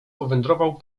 powędrował